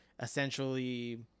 essentially